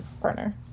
partner